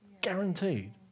guaranteed